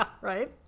Right